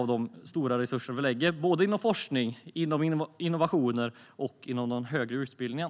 Det är stora resurser som vi lägger på forskning, innovationer och den högre utbildningen.